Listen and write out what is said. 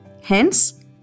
hence